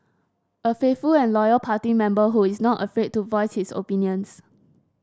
a faithful and loyal party member who is not afraid to voice his opinions